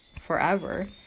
forever